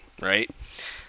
right